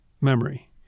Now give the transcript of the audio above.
memory